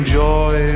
joy